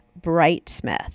brightsmith